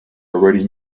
already